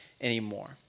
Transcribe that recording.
anymore